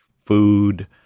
food